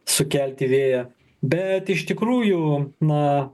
sukelti vėją bet iš tikrųjų na